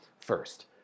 First